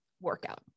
workout